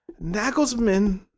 Nagelsmann